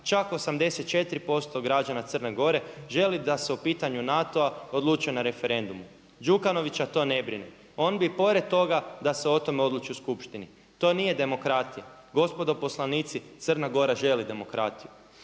čak 84% građana Crne Gore želi da se o pitanju NATO-a odlučuje na referendumu. Đukanovića to ne brine. On bi pored toga da se o tome odluči u Skupštini. To nije demokratija, gospodo poslanici Crna Gora želi demokratiju.